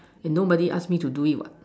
and nobody ask me to do it what